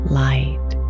light